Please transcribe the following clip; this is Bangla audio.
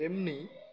তেমনি